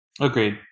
Agreed